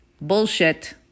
Bullshit